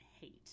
hate